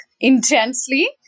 intensely